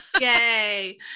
Yay